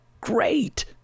great